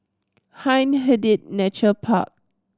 Hindhede Nature Park